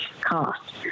cost